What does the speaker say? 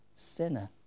Sinner